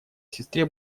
сестре